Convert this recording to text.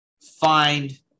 find